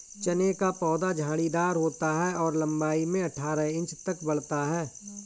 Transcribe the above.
चने का पौधा झाड़ीदार होता है और लंबाई में अठारह इंच तक बढ़ता है